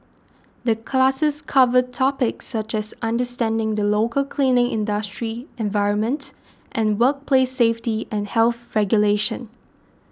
the classes cover topics such as understanding the local cleaning industry environment and workplace safety and health regulations